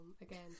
again